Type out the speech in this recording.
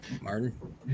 Martin